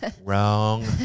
Wrong